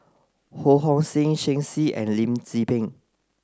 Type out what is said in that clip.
Ho Hong Sing Shen Xi and Lim Tze Peng